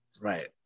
right